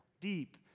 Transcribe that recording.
deep